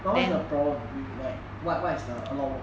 but what's your problem is like what what is the a lot of work